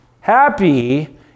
Happy